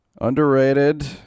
Underrated